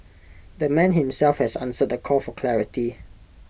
the man himself has answered the call for clarity